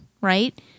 right